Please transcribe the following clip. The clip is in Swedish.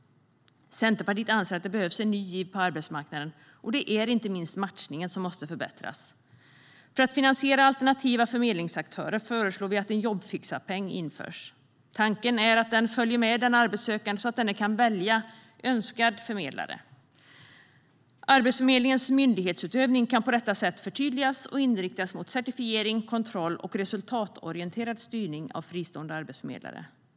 Centerpartiet anser att det behövs en ny giv på arbetsmarknaden, och det är inte minst matchningen som måste förbättras. För att finansiera alternativa förmedlingsaktörer föreslår vi att en jobbfixarpeng införs. Tanken är att den följer med den arbetssökande så att denne kan välja önskad förmedlare. Arbetsförmedlingens myndighetsutövning kan på detta sätt förtydligas och inriktas mot certifiering, kontroll och resultatorienterad styrning av fristående arbetsförmedlare.